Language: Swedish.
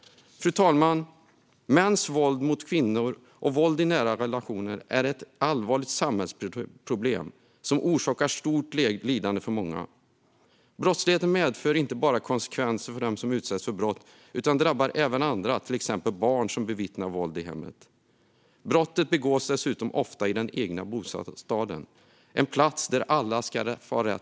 Fru talman! Mäns våld mot kvinnor och våld i nära relationer är ett allvarligt samhällsproblem som orsakar stort lidande för många. Brottsligheten medför inte bara konsekvenser för dem som utsätts för brott utan drabbar även andra, till exempel barn som bevittnar våld i hemmet. Brottet begås dessutom ofta i den egna bostaden, en plats där alla ska ha rätt att få vara trygga.